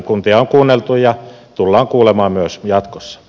kuntia on kuunneltu ja tullaan kuulemaan myös jatkossa